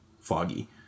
foggy